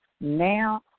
Now